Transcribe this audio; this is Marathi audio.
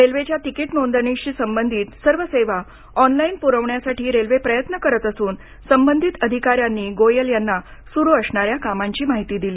रेल्वेच्या तिकीट नोंदणीशी संबंधित सर्व सेवा ऑनलाइन पुरवण्यासाठी रेल्वे प्रयत्न करत असून संबंधित अधिकाऱ्यांनी गोयल यांना सुरू असणाऱ्या कामांची माहिती दिली